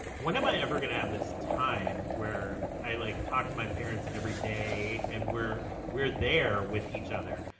when am i ever going to have this time where i like talk to my parents every day and we're we're there with each other?